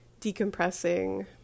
decompressing